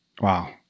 wow